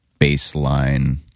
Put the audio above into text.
baseline